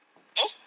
mm